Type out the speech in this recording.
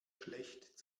schlecht